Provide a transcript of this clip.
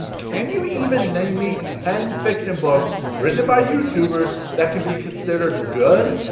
can you even name me ten fiction books written by youtubers that can be considered good?